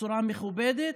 בצורה מכובדת,